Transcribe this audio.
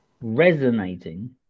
resonating